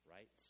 Right